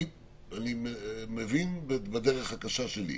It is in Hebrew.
אני מבין בדרך הקשה שלי.